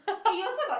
eh you also got